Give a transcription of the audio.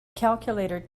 calculator